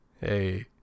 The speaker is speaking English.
Hey